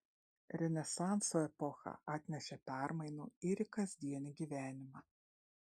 renesanso epocha atnešė permainų ir į kasdienį gyvenimą